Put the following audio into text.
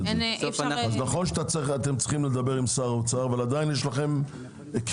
נכון שאתם צריכים לדבר עם שר האוצר אבל יש לכם כיוון.